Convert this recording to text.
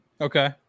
Okay